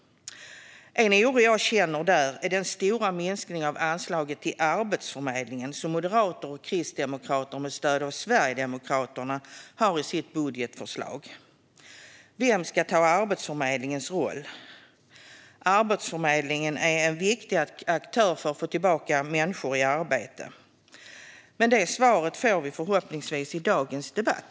Där känner jag en oro över den stora minskning av anslaget till Arbetsförmedlingen som Moderaterna och Kristdemokraterna med stöd av Sverigedemokraterna har i sitt budgetförslag. Vem ska ta Arbetsförmedlingens roll? Arbetsförmedlingen är en viktig aktör för att få tillbaka människor i arbete. Men vi får förhoppningsvis svar på det i dagens debatt.